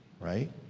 right